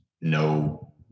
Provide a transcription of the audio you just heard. no